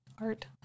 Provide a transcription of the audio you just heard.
art